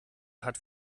hat